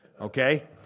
okay